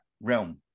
realm